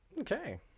Okay